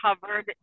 covered